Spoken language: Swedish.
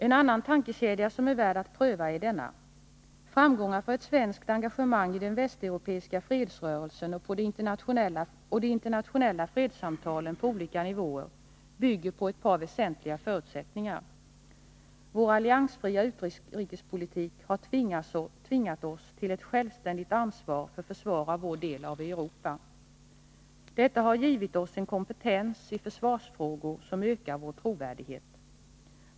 En annan tankekedja som är värd att pröva är denna: Framgångar för ett svenskt engagemang i den västeuropeiska fredsrörelsen och de internationella fredssamtalen på olika nivåer bygger på ett par väsentliga förutsättningar: Vår alliansfria utrikespolitik har tvingat oss till ett självständigt ansvar för försvar av vår del av Europa. Detta har givit oss en kompetens i försvarsfrågor som ökar vår trovärdighet.